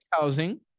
housing